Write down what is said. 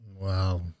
Wow